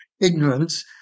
ignorance